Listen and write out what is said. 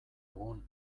egun